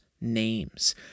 names